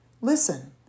listen